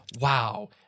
Wow